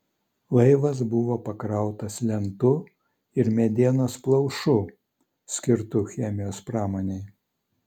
laivas buvo pakrautas lentų ir medienos plaušų skirtų chemijos pramonei